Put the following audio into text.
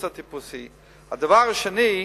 הטיפוסי, הדבר השני,